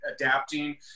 adapting